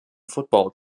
football